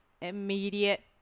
immediate